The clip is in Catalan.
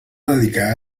dedicar